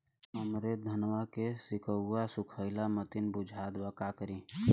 हमरे धनवा के सीक्कउआ सुखइला मतीन बुझात बा का करीं?